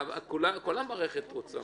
כל המערכת רוצה.